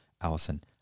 Allison